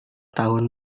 tahun